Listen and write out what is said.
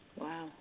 wow